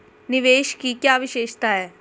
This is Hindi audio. निवेश की क्या विशेषता है?